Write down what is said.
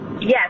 Yes